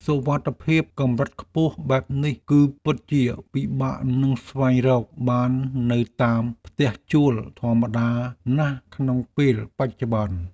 សុវត្ថិភាពកម្រិតខ្ពស់បែបនេះ គឺពិតជាពិបាកនឹងស្វែងរកបាននៅតាមផ្ទះជួលធម្មតាណាស់ក្នុងពេលបច្ចុប្បន្ន។